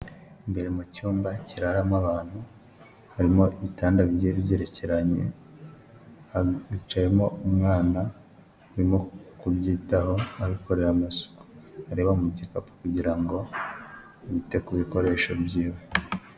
Imbere mu cyumba kiraramo abantu harimo ibitanda bigiye bigerekeranye hicayemo umwana arimo kubyitaho abikorera amasuku, areba mu gikapu kugira ngo yite ku bikoresho byiwe.